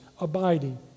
abiding